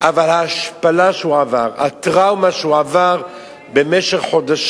שגם משליכה על התוצאה שאנחנו רואים אותה לפחות במחיר